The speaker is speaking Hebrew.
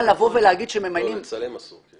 לא, לצלם אסור.